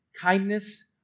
kindness